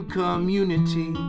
community